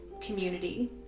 community